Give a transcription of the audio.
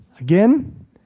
Again